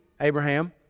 Abraham